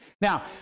Now